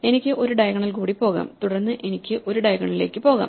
എനിക്ക് ഒരു ഡയഗണൽ കൂടി പോകാം തുടർന്ന് എനിക്ക് ഒരു ഡയഗോണലിലേക്ക് പോകാം